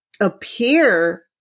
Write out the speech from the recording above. appear